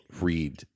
read